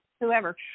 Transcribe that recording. whoever